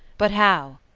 but how?